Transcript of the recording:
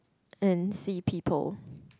and see people